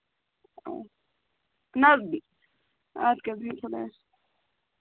نٔزدیٖک اَدٕ کیٛاہ بِہِو خدایَس